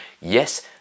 Yes